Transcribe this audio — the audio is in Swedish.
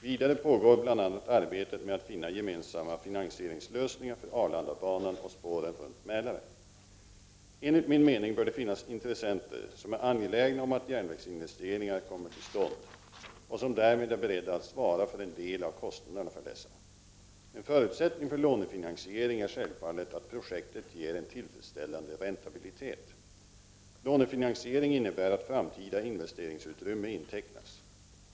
Vidare pågår bl.a. arbetet med att finna gemensamma finansieringslösningar för Arlandabanan och spåren runt Mälaren. Enligt min mening bör det finnas intressenter som är angelägna om att järnvägsinvesteringar kommer till stånd och som därmed är beredda att svara för en del av kostnaderna för dessa. En förutsättning för lånefinansiering är självfallet att projektet ger en tillfredsställande räntabilitet. Lånefinansiering innebär att framtida investeringsutrymme intecknas.